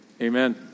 amen